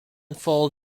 full